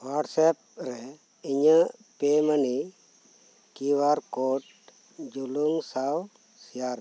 WhatsApp ᱨᱮ ᱤᱧᱟᱹᱜ payment Q R code ᱡᱩᱞᱩᱝ ᱥᱟᱶ ᱥᱮᱭᱟᱨ ᱢᱮ